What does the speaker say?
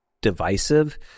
divisive